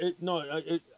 no